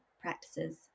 practices